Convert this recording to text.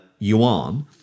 Yuan